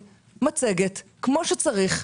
זה היה לפני כשנתיים.